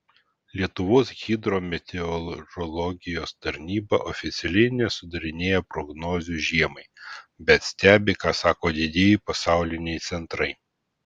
lietuvos hidrometeorologijos tarnyba oficialiai nesudarinėja prognozių žiemai bet stebi ką sako didieji pasauliniai centrai